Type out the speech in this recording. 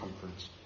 comforts